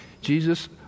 Jesus